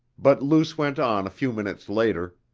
but luce went on a few minutes later